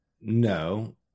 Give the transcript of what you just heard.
No